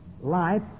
life